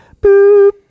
boop